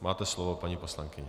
Máte slovo, paní poslankyně.